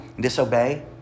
disobey